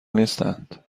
نیستند